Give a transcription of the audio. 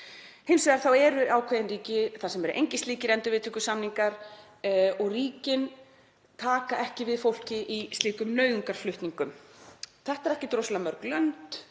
nokkur. Svo eru ákveðin ríki þar sem eru engir slíkir endurviðtökusamningar og ríkin taka ekki við fólki í slíkum nauðungarflutningum. Þetta eru ekkert rosalega mörg lönd,